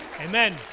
amen